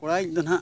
ᱠᱚᱲᱟᱭᱤᱡ ᱫᱚ ᱱᱟᱦᱟᱜ